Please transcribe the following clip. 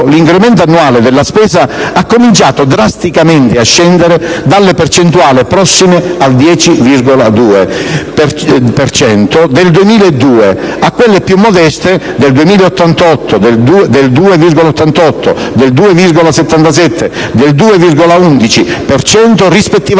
l'incremento annuale della spesa ha cominciato drasticamente a scendere dalle percentuali prossime al 10,2 per cento del 2002 a quelle più modeste del 2,88 per cento, del 2,77 per cento